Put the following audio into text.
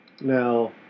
Now